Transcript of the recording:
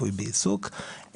ריפוי בעיסוק,